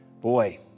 boy